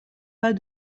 pas